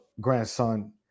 grandson